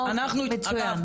אוקי, מצוין.